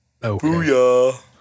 booyah